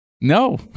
No